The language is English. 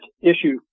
issue